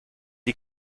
die